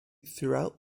throughout